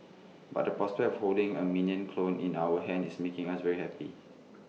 but the prospect of holding A Minion clone in our hands is making us very happy